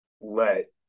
let